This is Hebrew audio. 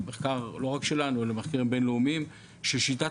מחקר לא רק שלנו אלא מחקרים בין-לאומיים ששיטת